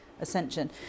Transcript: Ascension